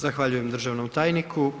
Zahvaljujem državnom tajniku.